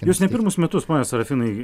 jūs ne pirmus metus pone serafinai